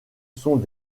sont